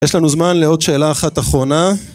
יש לנו זמן לעוד שאלה אחת אחרונה